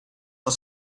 are